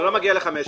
זה לא מגיע ל-500.